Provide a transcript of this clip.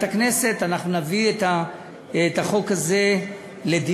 הכנסת אנחנו נביא את החוק הזה לדיון,